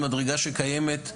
היא מדרגה שקיימת לבעצם,